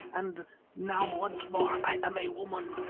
and now once more i am a woman,